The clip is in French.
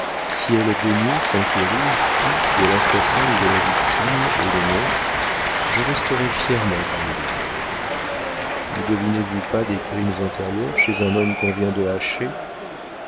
si elle daignait s'enquérir qui de l'assassin ou de la victime est le monstre je resterais fièrement parmi les hommes ne devinez-vous pas des crimes antérieurs chez un homme qu'on vient de hacher